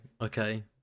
Okay